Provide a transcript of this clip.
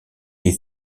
est